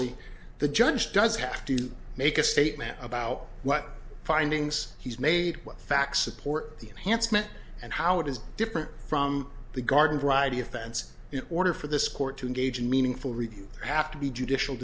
y the judge does have to make a statement about what findings he's made what facts support the enhanced meant and how it is different from the garden variety offense in order for this court to engage in meaningful review have to be judicial